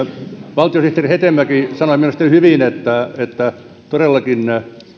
valtiosihteeri hetemäki sanoi minusta hyvin että todellakin